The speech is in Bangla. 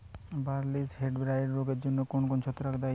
বার্লির হেডব্লাইট রোগের জন্য কোন ছত্রাক দায়ী?